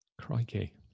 crikey